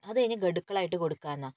അതു കഴിഞ്ഞ് ഗഡുക്കളായിട്ട് കൊടുക്കാമെന്നാണ്